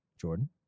Jordan